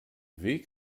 weg